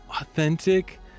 authentic